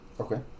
Okay